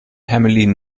hermelin